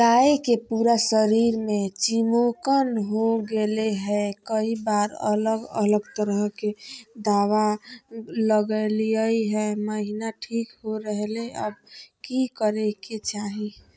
गाय के पूरा शरीर में चिमोकन हो गेलै है, कई बार अलग अलग तरह के दवा ल्गैलिए है महिना ठीक हो रहले है, अब की करे के चाही?